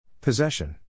Possession